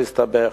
תסתבך,